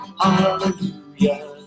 Hallelujah